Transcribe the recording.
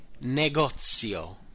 negozio